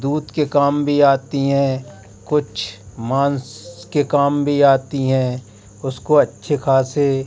दूध के काम भी आती हैं कुछ मांस के काम भी आती हैं उसको अच्छे ख़ासे